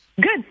Good